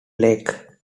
lake